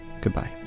Goodbye